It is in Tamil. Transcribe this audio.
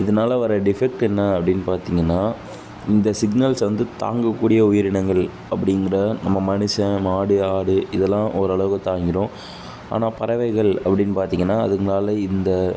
இதனால வர டிஃபெக்ட் என்ன அப்படின் பார்த்திங்கனா இந்த சிக்னல்ஸை வந்து தாங்கக்கூடிய உயிரினங்கள் அப்படிங்கிற நம்ம மனுஷன் மாடு ஆடு இதலாம் ஓரளவுக்கு தாங்கிடும் ஆனால் பறவைகள் அப்படின் பார்த்திங்கனா அதுங்களால இந்த